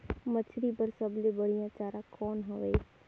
मछरी बर सबले बढ़िया चारा कौन हवय?